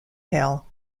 hale